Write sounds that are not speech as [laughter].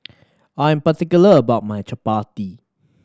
[noise] I am particular about my Chapati